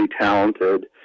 talented